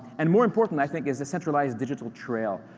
and more important, i think, is a centralized digital trail.